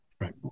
Right